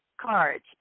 cards